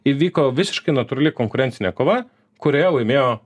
įvyko visiškai natūrali konkurencinė kova kurioje laimėjo